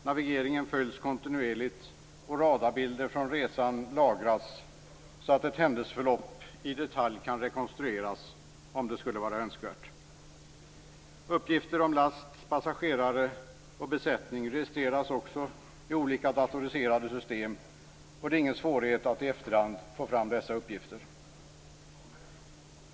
Navigeringen följs kontinuerligt, och radarbilder från resan lagras så att ett händelseförlopp, om det skulle vara önskvärt, kan rekonstrueras i detalj. Uppgifter om last, passagerare och besättning registreras i olika datoriserade system, och det är inga svårigheter att i efterhand få fram dessa uppgifter.